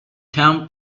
town